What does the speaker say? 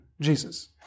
Jesus